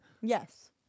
Yes